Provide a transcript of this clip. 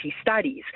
studies